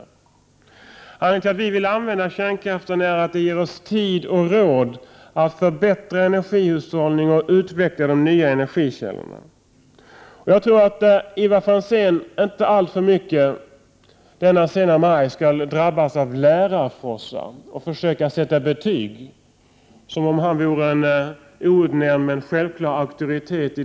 Anledningen till att vi vill använda kärnkraften är att den ger oss tid och råd att förbättra energihushållningen och utveckla de nya energikällorna. Jag tror att Ivar Franzén inte alltför mycket denna sena maj skall drabbas av lärarfrossa och försöka sätta betyg på andra partier, som om han vore en outnämnd men självklar auktoritet.